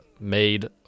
Made